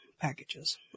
packages